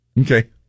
Okay